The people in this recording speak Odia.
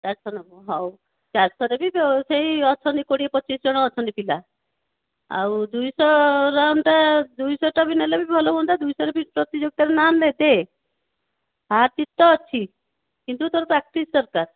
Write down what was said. ଚାରିଶହ ନବୁ ହଉ ଚାରିଶହରେ ବି ସେଇ ଅଛନ୍ତି ସେଇ କୋଡ଼ିଏ ପଚିଶ ଜଣ ଅଛନ୍ତି ପିଲା ଆଉ ଦୁଇଶହ ରାଉଣ୍ଡ୍ଟା ଦୁଇଶହଟା ନେଲେ ବି ଭଲ ହୁଅନ୍ତା ଦୁଇଶହରେ ପ୍ରତିଯୋଗିତାରେ ବି ନାଁ ଦେ ହାର୍ ଜିତ୍ ତ ଅଛି କିନ୍ତୁ ତୋର ପ୍ରାକ୍ଟିସ୍ ଦରକାର